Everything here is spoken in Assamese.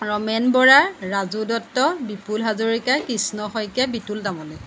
ৰমেন বৰা ৰাজু দত্ত বিপুল হাজৰিকা কৃষ্ণ শইকীয়া বিপুল তামুলী